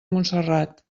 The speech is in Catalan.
montserrat